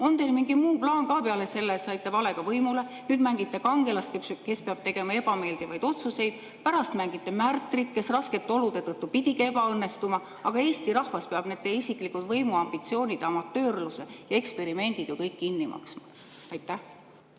On teil mingi muu plaan ka peale selle, et saite valega võimule? Nüüd mängite kangelast, kes peab tegema ebameeldivaid otsuseid, pärast mängite märtrit, kes raskete olude tõttu pidigi ebaõnnestuma, aga Eesti rahvas peab need teie isiklikud võimuambitsioonid, amatöörluse ja eksperimendid ju kõik kinni maksma. Aitäh!